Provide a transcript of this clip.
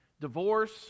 Divorce